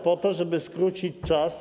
Po to, żeby skrócić czas.